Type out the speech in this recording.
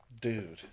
dude